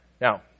Now